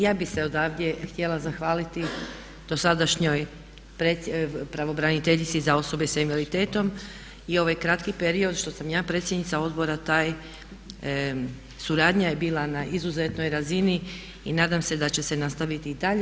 Ja bih se odavde htjela zahvaliti dosadašnjoj pravobraniteljici za osobe s invaliditetom i ovaj kratki period što sam ja predsjednica Odbora taj suradnja je bila na izuzetnoj razini i nadam se da će se nastaviti i dalje.